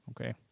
Okay